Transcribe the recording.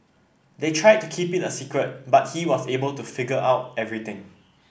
they tried to keep it a secret but he was able to figure everything out